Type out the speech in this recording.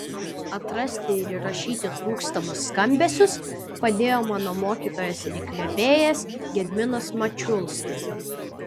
atrasti ir įrašyti trūkstamus skambesius padėjo mano mokytojas ir įkvėpėjas gediminas mačiulskis